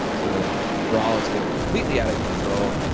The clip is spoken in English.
so that if brawls get completely out of control,